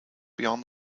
beyond